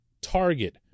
target